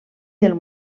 del